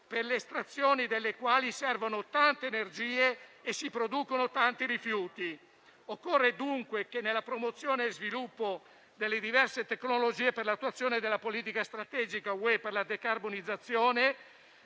per l'estrazione dei quali servono tante energie e si producono tanti rifiuti. Occorre dunque che nella promozione e nello sviluppo delle diverse tecnologie per l'attuazione della politica strategica dell'Unione europea per la decarbonizzazione